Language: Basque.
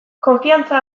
konfiantza